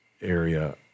area